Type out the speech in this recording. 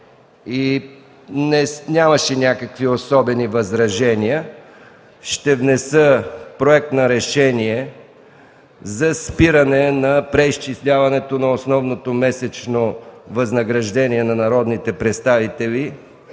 Нямаше особени възражения. Ще внеса Проект на решение за спиране преизчисляването на основното месечно възнаграждение на народните представители